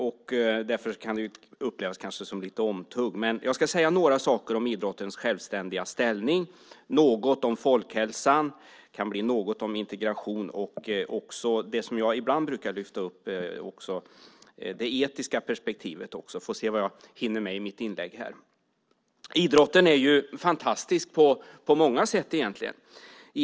Därför kan det kanske upplevas som lite omtugg. Jag ska säga några saker om idrottens självständiga ställning, något om folkhälsan, och det kan bli något om integration och om det etiska perspektivet också. Idrotten är fantastisk på många sätt.